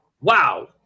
wow